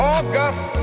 August